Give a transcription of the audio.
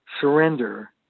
Surrender